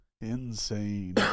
Insane